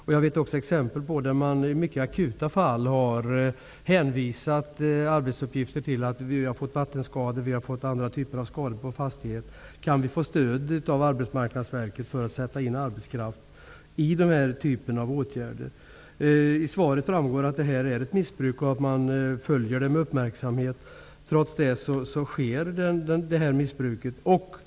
Jag känner också till exempel på att man i mycket akuta fall har hänvisat till att man fått vattenskador och andra typer av skador på fastigheter och frågat: Kan vi få stöd från Arbetsmarknadsverket för att sätta in arbetskraft i den här typen av åtgärder? Av svaret framgår att detta är en form av missbruk och att statsrådet följer det med uppmärksamhet. Trots det sker missbruk.